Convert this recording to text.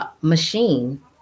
Machine